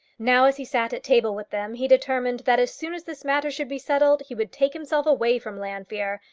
now as he sat at table with them, he determined that as soon as this matter should be settled he would take himself away from llanfeare,